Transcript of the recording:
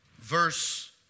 verse